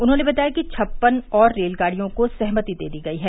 उन्होंने बताया कि छप्पन और रेलगाड़ियों को सहमति दे दी गई है